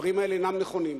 הדברים האלה אינם נכונים.